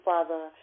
Father